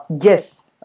Yes